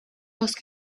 else